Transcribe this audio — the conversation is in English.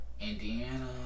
Indiana